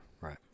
Right